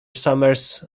summers